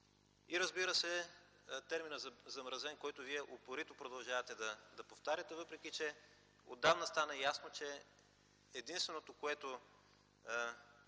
Разбира се и терминът „замразен”, който вие упорито продължавате да повтаряте, въпреки че отдавна стана ясно, че единственото, което